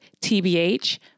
TBH